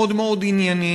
מאוד מאוד ענייניים,